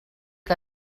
que